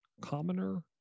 commoner